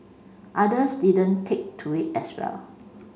others didn't take to it as well